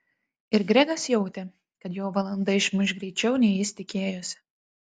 ir gregas jautė kad jo valanda išmuš greičiau nei jis tikėjosi